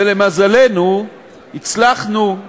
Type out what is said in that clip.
ולמזלנו הצלחנו,